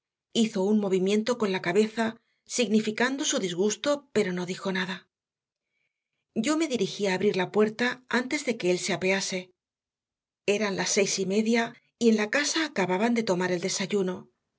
hizo un movimiento con la cabeza significando su disgusto pero no dijo nada yo me dirigí a abrir la puerta antes de que él se apease eran las seis y media y en la casa acababan de tomar el desayuno